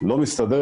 לא מסתדר,